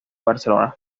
barcelona